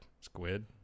Squid